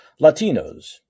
Latinos